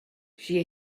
she